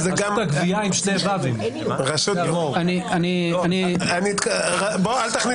אני אתן